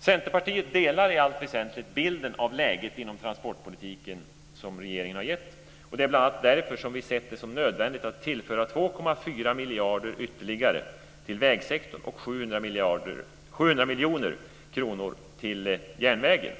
Centerpartiet delar i allt väsentligt den bild av läget inom transportpolitiken som regeringen har gett. Det är bl.a. därför som vi har sett det som nödvändigt att tillföra 2,4 miljarder ytterligare till vägsektorn och 700 miljoner kronor till järnvägen.